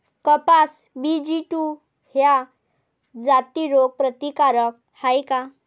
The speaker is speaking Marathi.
कपास बी.जी टू ह्या जाती रोग प्रतिकारक हाये का?